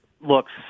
looks